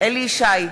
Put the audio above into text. אליהו ישי,